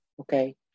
Okay